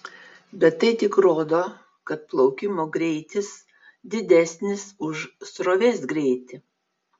bet tai tik rodo kad plaukimo greitis didesnis už srovės greitį